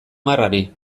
marrari